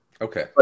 Okay